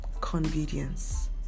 Convenience